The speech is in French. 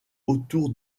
autour